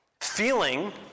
feeling